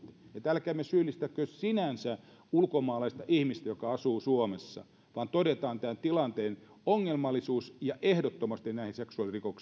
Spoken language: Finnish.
älkäämme syyllistäkö sinänsä ulkomaalaista ihmistä joka asuu suomessa vaan todetaan tämän tilanteen ongelmallisuus ja ehdottomasti näihin seksuaalirikoksiin